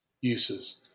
uses